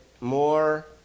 more